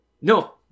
no